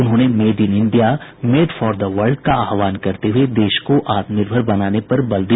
उन्होंने made in India made for the world का आह्वान करते हुए देश को आत्मनिर्भर बनाने पर बल दिया